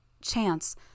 chance